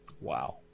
Wow